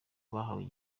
bahawe